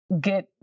get